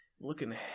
Looking